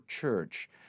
church